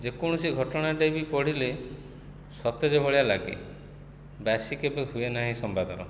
ଯେକୌଣସି ଘଟଣାଟେ ବି ପଢ଼ିଲେ ସତେଜ ଭଳିଆ ଲାଗେ ବାସି କେବେ ହୁଏ ନାହିଁ ସମ୍ବାଦର